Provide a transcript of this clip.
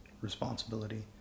responsibility